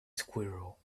squirrel